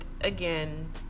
again